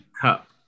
cup